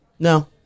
No